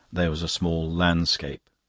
there was a small landscape.